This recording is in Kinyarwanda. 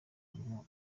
ngo